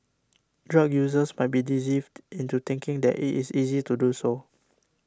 drug users might be deceived into thinking that it is easy to do so